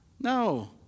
No